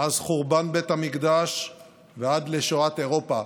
מאז חורבן בית המקדש ועד שואת אירופה,